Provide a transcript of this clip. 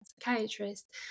psychiatrist